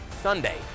Sunday